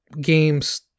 games